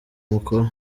mukuru